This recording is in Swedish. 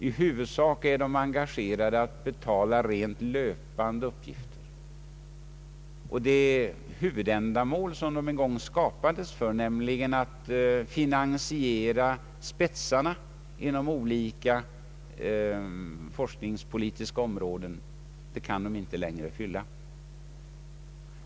I huvudsak är de engagerade med att betala rent löpande utgifter. Det huvudändamål som de en gång skapades för, nämligen att finansiera spetsarna inom olika forskningspolitiska områden, kan de inte längre fylla.